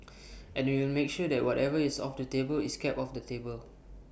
and we will make sure that whatever is off the table is kept off the table